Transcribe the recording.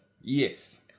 Yes